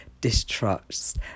distrust